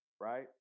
right